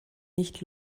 nicht